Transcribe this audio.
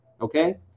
okay